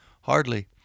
hardly